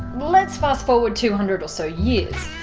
let's fast forward two hundred or so years.